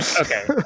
Okay